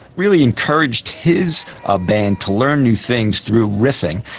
really encouraged his ah band to learn new things through riffing.